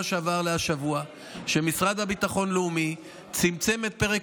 שעבר לשבוע זה הוא שהמשרד לביטחון לאומי צמצם את פרק